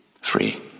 Free